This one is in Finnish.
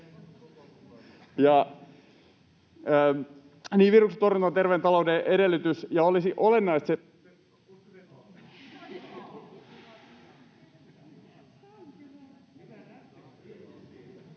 viruksen torjunta on terveen talouden edellytys, ja olisi olennaista...